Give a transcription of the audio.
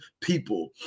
people